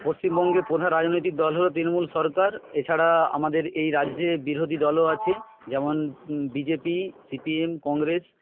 পশ্চিমবঙ্গে প্রধান রাজনৈতিক দল হলো তৃণমূল সরকার এছাড়া আমাদের এই রাজ্যে বিরোধী দলও আছে যেমন বিজেপি সিপিএম কংগ্রেস